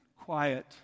quiet